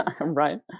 right